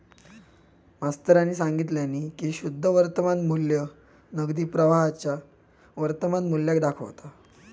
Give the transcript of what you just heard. मास्तरानी सांगितल्यानी की शुद्ध वर्तमान मू्ल्य नगदी प्रवाहाच्या वर्तमान मुल्याक दाखवता